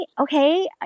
okay